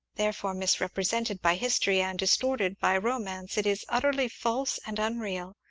therefore, misrepresented by history, and distorted by romance, it is utterly false and unreal.